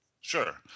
Sure